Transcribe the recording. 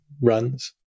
runs